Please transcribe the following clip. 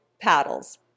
paddles